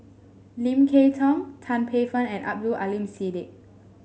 Lim Kay Tong Tan Paey Fern and Abdul Aleem Siddique